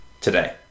Today